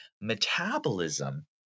metabolism